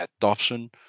adoption